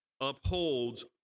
upholds